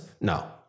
no